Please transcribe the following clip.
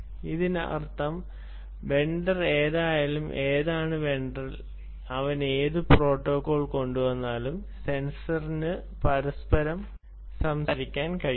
അതിനർത്ഥം വെണ്ടർ എന്തായാലും ഏതാണ് വെണ്ടർ അവൻ ഏത് പ്രോട്ടോക്കോൾ കൊണ്ടുവന്നാലും സെൻസറിന് പരസ്പരം സംസാരിക്കാൻ കഴിയണം